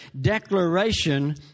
Declaration